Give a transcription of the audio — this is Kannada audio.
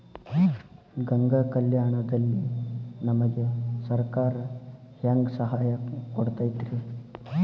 ಗಂಗಾ ಕಲ್ಯಾಣ ದಲ್ಲಿ ನಮಗೆ ಸರಕಾರ ಹೆಂಗ್ ಸಹಾಯ ಕೊಡುತೈತ್ರಿ?